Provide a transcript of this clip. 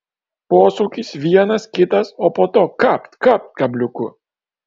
posūkis vienas kitas o po to kapt kapt kabliuku